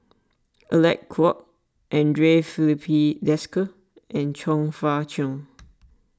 Alec Kuok andre Filipe Desker and Chong Fah Cheong